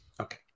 Okay